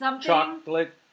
chocolate